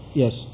yes